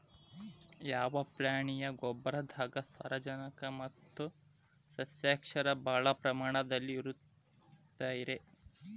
ಯಾವ ಪ್ರಾಣಿಯ ಗೊಬ್ಬರದಾಗ ಸಾರಜನಕ ಮತ್ತ ಸಸ್ಯಕ್ಷಾರ ಭಾಳ ಪ್ರಮಾಣದಲ್ಲಿ ಇರುತೈತರೇ?